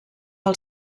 del